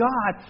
God